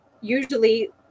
usually